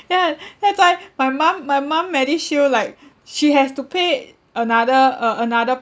yeah that's why my mum my mum MediShield like she has to pay another a~ another